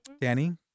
Danny